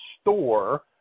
store